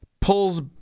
pulls